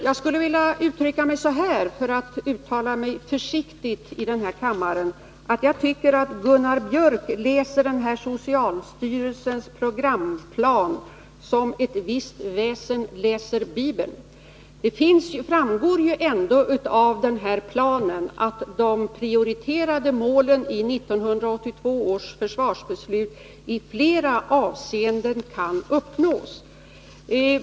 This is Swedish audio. Jag skulle vilja uttrycka mig så här, för att uttala mig försiktigt här i kammaren, att jag tycker att Gunnar Biörck läser socialstyrelsens programplan som ett visst väsen läser Bibeln. Det framgår ändå av planen att de prioriterade målen i 1982 års försvarsbeslut i flera avseenden kan uppnås.